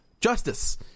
justice